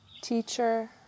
teacher